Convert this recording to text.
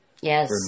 Yes